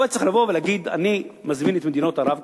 הוא היה צריך לבוא ולהגיד: אני מזמין את מדינות ערב,